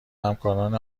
همکاران